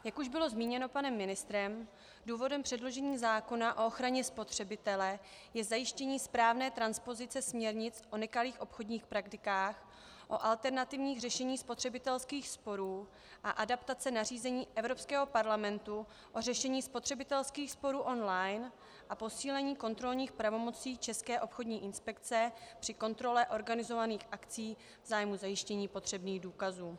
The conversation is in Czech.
Jak už bylo zmíněno panem ministrem, důvodem předložení zákona o ochraně spotřebitele je zajištění správné transpozice směrnic o nekalých obchodních praktikách, o alternativních řešeních spotřebitelských sporů a adaptace nařízení Evropského parlamentu o řešení spotřebitelských sporů online a posílení kontrolních pravomocí České obchodní inspekce při kontrole organizovaných akcí v zájmu zajištění potřebných důkazů.